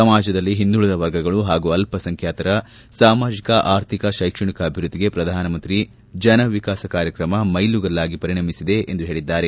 ಸಮಾಜದಲ್ಲಿ ಹಿಂದುಳದ ವರ್ಗಗಳು ಹಾಗೂ ಅಲ್ಪಸಂಖ್ಯಾತರ ಸಾಮಾಜಕ ಆರ್ಥಿಕ ಶೈಕ್ಷಣಿಕ ಅಭಿವೃದ್ದಿಗೆ ಪ್ರಧಾನಮಂತ್ರಿ ಜನ ವಿಕಾಸ ಕಾರ್ಯಕ್ರಮ ಮೈಲಿಗಲ್ಲಾಗಿ ಪರಿಣಿಮಿಸಿದೆ ಎಂದು ಹೇಳಿದ್ದಾರೆ